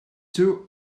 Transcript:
two